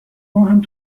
ماهم